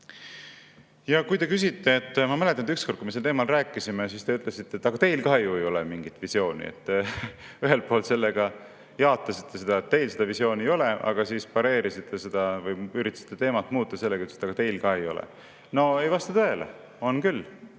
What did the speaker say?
kriisis. Ma mäletan, et ükskord, kui me sel teemal rääkisime, siis te ütlesite, et aga teil ka ju ei ole mingit visiooni. Ühelt poolt te sellega jaatasite, et teil seda visiooni ei ole, aga siis pareerisite küsimust või üritasite teemat muuta sellega, et ütlesite, "teil ka ei ole". No ei vasta tõele, on küll.